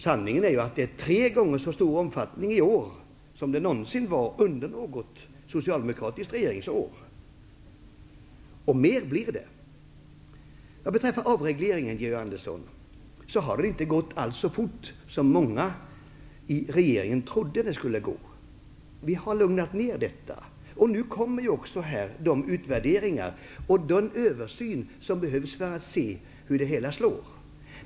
Sanningen är ju att de har tre gånger så stor omfattning i år som någonsin under något socialdemokratiskt regeringsår, och mer blir det. Avregleringen, Georg Andersson, har inte alls gått så fort som många i regeringen trodde skulle bli fallet. Vi har lugnat ned takten, och nu kommer de utvärderingar som behövs för att vi skall kunna se hur det hela slår.